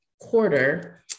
quarter